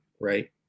right